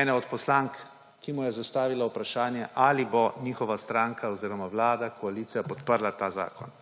ene od poslank, ki mu je zastavila vprašanje, ali bo njihova stranka oziroma vlada, koalicija podprla ta zakon.